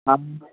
हाँ